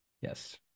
Yes